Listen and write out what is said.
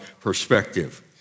perspective